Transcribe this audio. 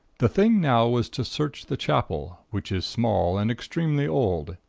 the thing now was to search the chapel, which is small and extremely old.